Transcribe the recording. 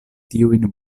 tiujn